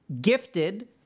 gifted